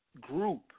group